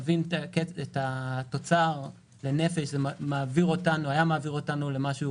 זה מעביר אותנו למשהו